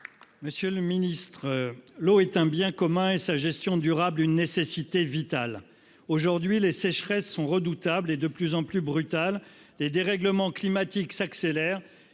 Monsieur le ministre. L'eau est un bien commun et sa gestion durable une nécessité vitale. Aujourd'hui, les sécheresses sont redoutables et de plus en plus brutale des dérèglements climatiques s'accélère